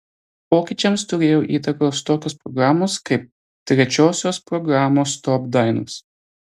pokyčiams turėjo įtakos tokios programos kaip trečiosios programos top dainos